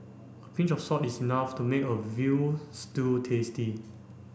a pinch of salt is enough to make a veal stew tasty